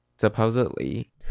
supposedly